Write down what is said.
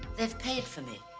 they've paid for me.